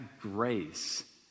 grace